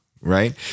right